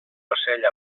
ocell